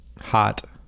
Hot